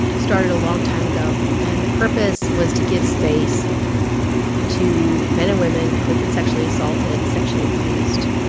started a long time ago. and the purpose was to give space to men and women who had been sexually assaulted, sexually abused,